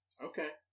Okay